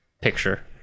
picture